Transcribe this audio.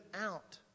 out